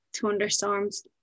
Thunderstorms